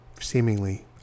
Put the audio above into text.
seemingly